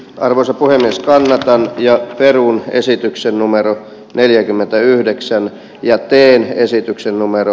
arvoisa puhemies väännetään ja perun esityksen numerot neljäkymmentäyhdeksän ja teen esityksen numero